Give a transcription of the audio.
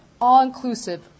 all-inclusive